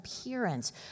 appearance